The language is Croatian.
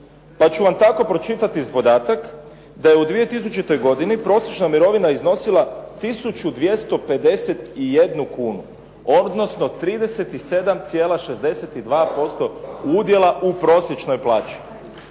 Pa ću vam tako pročitati podatak da je u 2000. godini prosječna mirovina iznosila 1251 kunu, odnosno 37,62% udjela u prosječnoj plaći.